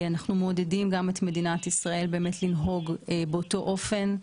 אנחנו מעודדים גם את מדינת ישראל לנהוג באותו אופן.